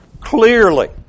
clearly